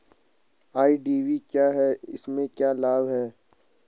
IDV क्या है इसमें क्या लाभ है?